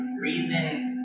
reason